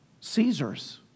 Caesar's